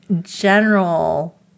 general